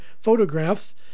photographs